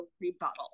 rebuttal